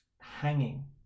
hanging